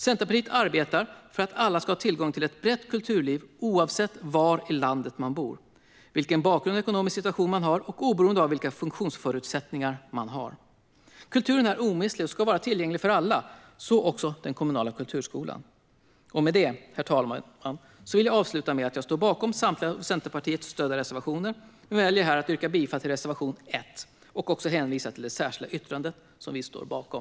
Centerpartiet arbetar för att alla ska ha tillgång till ett brett kulturliv oavsett var i landet de bor och vilken bakgrund och ekonomisk situation de har och oberoende av vilka funktionsförutsättningar de har. Kulturen är omistlig och ska vara tillgänglig för alla, så också den kommunala kulturskolan. Med det, herr talman, vill jag avsluta med att säga att jag står bakom samtliga av Centerpartiet stödda reservationer, men jag väljer här att yrka bifall endast till reservation 1 och att hänvisa till det särskilda yttrande som vi står bakom.